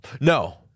No